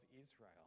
Israel